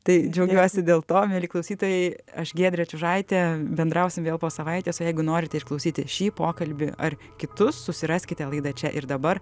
tai džiaugiuosi dėl to mieli klausytojai aš giedrė čiužaitė bendrausim vėl po savaitės o jeigu norite išklausyti šį pokalbį ar kitus susiraskite laida čia ir dabar